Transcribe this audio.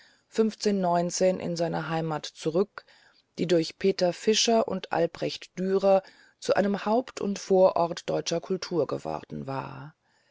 in seine heimat zurück die durch peter vischer und albrecht dürer zu einem haupt und vorort deutscher kultur geworden war